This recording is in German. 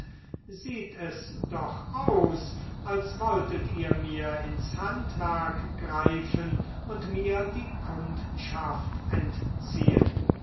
sieht es doch aus als wolltet ihr mir ins handwerk greifen und mir die kundschaft entziehen